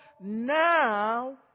now